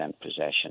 possession